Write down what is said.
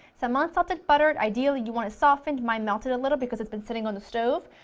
some ah unsalted butter, ideally you want it softened, mine melted a little because it's been sitting on the stove,